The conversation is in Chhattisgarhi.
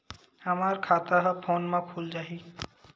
हमर खाता ह फोन मा खुल जाही?